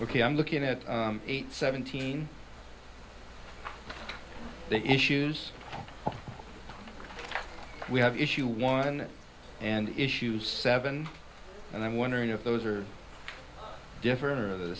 ok i'm looking at eight seventeen the issues we have issue one and issue seven and i'm wondering if those are different of the